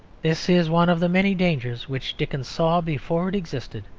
this is one of the many dangers which dickens saw before it existed.